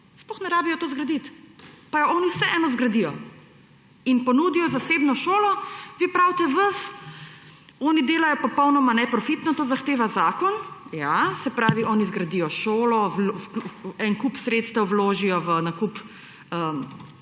sploh ne jim ni treba tega zgraditi, pa jo oni vseeno zgradijo in ponudijo zasebno šolo. Vi pravite, oni delajo popolnoma neprofitno, to zahteva zakon. Ja, se pravi, oni zgradijo šolo, en kup sredstev vložijo v nakup